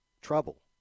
trouble